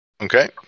Okay